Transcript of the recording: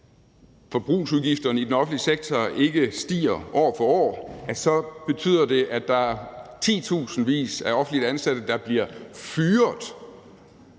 forbrugsudgifterne i den offentlige sektor ikke stiger år for år, så betyder det, at der er titusindvis af offentligt ansatte, der bliver fyret,